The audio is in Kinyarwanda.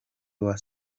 hawa